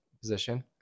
position